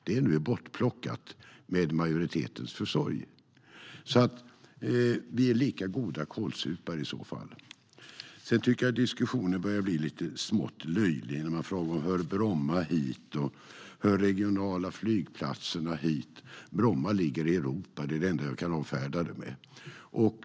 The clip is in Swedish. Det är nu bortplockat genom majoritetens försorg. Vi är alltså lika goda kålsupare i så fall. Jag tycker att diskussionen börjar bli lite smått löjlig. Man frågar: Hör Bromma hit? Hör de regionala flygplatserna hit? Bromma ligger i Europa. Det är det enda jag kan avfärda detta med.